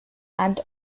and